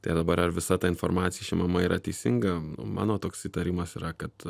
dabar visa ta informacija išimama yra teisinga mano toks įtarimas yra kad